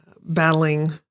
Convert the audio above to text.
battling